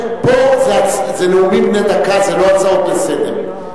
פה זה נאומים בני דקה, זה לא הצעות לסדר-היום.